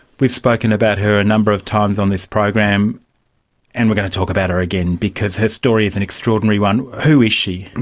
we've spoken about her a number of times on this program and we're going to talk about her again because her story is an extraordinary one. who is she? and